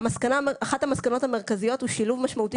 אחת המסקנות המרכזיות היא שילוב משמעותי